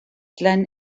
glenn